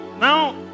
Now